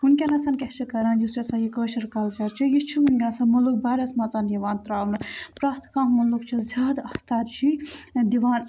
وُنکیٚس کیٛاہ چھِ کَران یُس یہِ ہسا یہِ کٲشُر کَلچَر چھُ یہِ چھُ وُنکیٚس مُلک بھَرَس منٛز یِوان ترٛاونہٕ پرٛیٚتھ کانٛہہ مُلک چھُ زیادٕ اَتھ تَرجیح دِوان